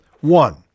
One